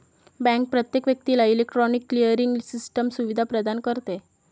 bank प्रत्येक व्यक्तीला electronic clearing system सुविधा प्रदान करते